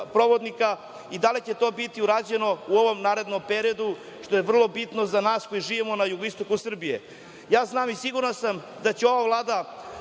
i da li će to biti urađeno u narednom periodu, što je vrlo bitno za nas koji živimo na jugoistoku Srbije. Znam i siguran sam da će ova Vlada